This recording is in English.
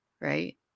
right